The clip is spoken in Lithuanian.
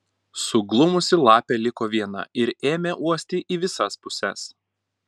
suglumusi lapė liko viena ir ėmė uosti į visas puses